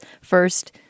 First